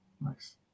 Nice